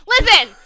Listen